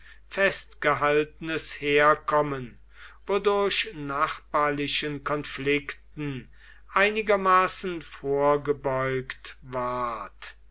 seiten festgehaltenes herkommen wodurch nachbarlichen konflikten einigermaßen vorgebeugt ward